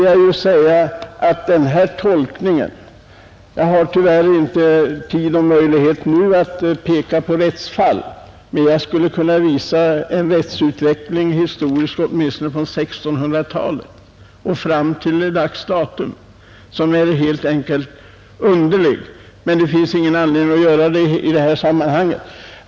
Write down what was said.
Jag har tyvärr inte tid och möjlighet att nu peka på rättsfall, men jag skulle kunna visa en rättshistorisk utveckling åtminstone från 1600-talet och fram till dags datum som är helt enkelt underlig. Det finns emellertid ingen anledning att göra det nu.